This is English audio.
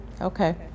Okay